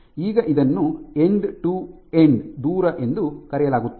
ಈಗ ಇದನ್ನು end to end ದೂರ ಎಂದು ಕರೆಯಲಾಗುತ್ತದೆ